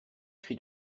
cri